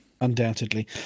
Undoubtedly